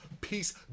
peace